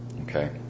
Okay